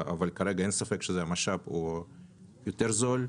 אבל כרגע אין ספק שזה משאב יותר זול